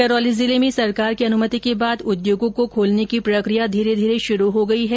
करौली जिले में सरकार की अनुमति के बाद उद्योगों को खोलने की प्रक्रिया धीरे धीरे शुरू हो गयी है